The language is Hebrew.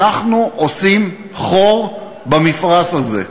אנחנו עושים חור במפרש הזה.